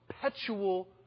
perpetual